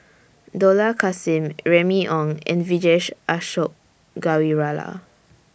Dollah Kassim Remy Ong and Vijesh Ashok Ghariwala